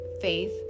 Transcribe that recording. Faith